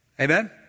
Amen